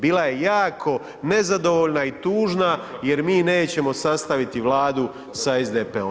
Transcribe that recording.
Bila je jako nezadovoljna i tužna jer mi nećemo sastaviti Vladu sa SDP-om.